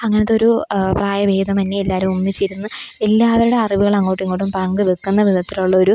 അങ്ങനത്തൊരു പ്രായഭേദമന്യേ എല്ലാവരൊന്നിച്ചിരുന്ന് എല്ലാവരുടെ അറിവുകളങ്ങോട്ടിങ്ങോട്ടും പങ്കുവയ്ക്കുന്ന വിധത്തിലുള്ളൊരു